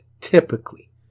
typically